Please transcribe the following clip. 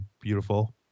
beautiful